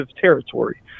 territory